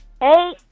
hey